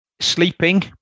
sleeping